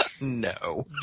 No